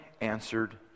answered